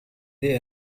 there